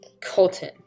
Colton